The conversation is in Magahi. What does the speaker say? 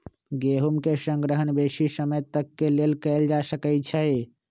गेहूम के संग्रहण बेशी समय तक के लेल कएल जा सकै छइ